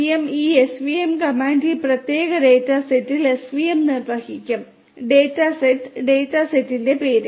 svm ഈ svm command ഈ പ്രത്യേക ഡാറ്റ സെറ്റിൽ svm നിർവ്വഹിക്കും ഡാറ്റ സെറ്റ് ഡാറ്റാ സെറ്റിന്റെ പേര്